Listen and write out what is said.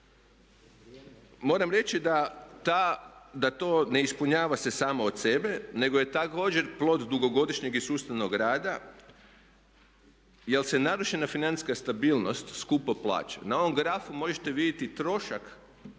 Moram reći da to ne ispunjava se samo od sebe nego je također plod dugogodišnjeg i sustavnog rada jer se narušena financijska stabilnost skupo plaća. Na ovom grafu možete vidjeti trošak